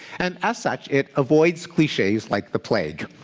and as such, it avoids cliches like the plague.